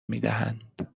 میدهند